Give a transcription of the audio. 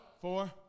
four